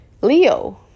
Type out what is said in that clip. Leo